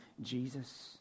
Jesus